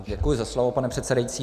Děkuji za slovo, pane předsedající.